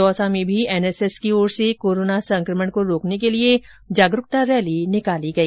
दौसा में भी एनएसएस की ओर से कोरोना संक्रमण को रोकने के लिए जागरूकता रैली निकाली गई